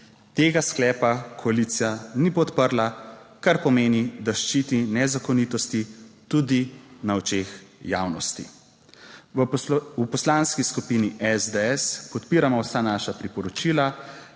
Tega sklepa koalicija ni podprla, kar pomeni, da ščiti nezakonitosti tudi na očeh javnosti. V Poslanski skupini SDS podpiramo vsa naša priporočila,